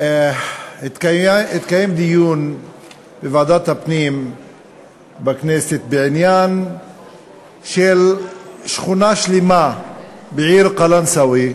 התקיים דיון בוועדת הפנים בכנסת בעניין של שכונה שלמה בעיר קלנסואה,